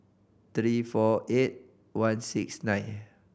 three four eight one six nine